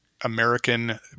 American